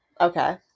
Okay